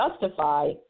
justify